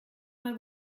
mal